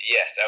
Yes